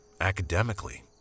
Academically